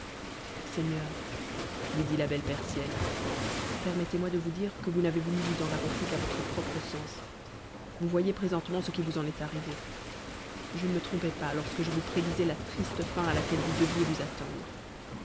seigneur lui dit la belle persienne permettez-moi de vous dire que vous n'avez voulu vous en rapporter qu'à votre propre sens vous voyez présentement ce qui vous en est arrivé je ne me trompais pas lorsque je vous prédisais la triste fin à laquelle vous deviez vous attendre